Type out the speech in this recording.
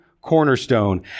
cornerstone